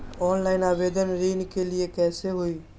Online आवेदन ऋन के लिए कैसे हुई?